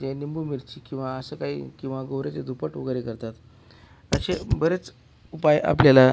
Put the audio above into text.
जे लिंबू मिरची किंवा असं काही किंवा गोरे ते धुपट वगैरे करतात असे बरेच उपाय आपल्याला